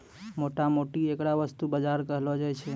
मोटा मोटी ऐकरा वस्तु बाजार कहलो जाय छै